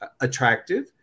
attractive